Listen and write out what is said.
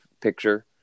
picture